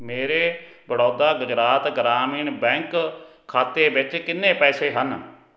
ਮੇਰੇ ਬੜੌਦਾ ਗੁਜਰਾਤ ਗ੍ਰਾਮੀਣ ਬੈਂਕ ਖਾਤੇ ਵਿੱਚ ਕਿੰਨੇ ਪੈਸੇ ਹਨ